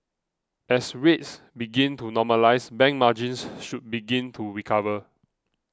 as rates begin to normalise bank margins should begin to recover